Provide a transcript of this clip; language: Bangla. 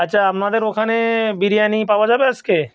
আচ্ছা আপনাদের ওখানে বিরিয়ানি পাওয়া যাবে আজকে